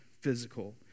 physical